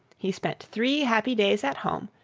he spent three happy days at home,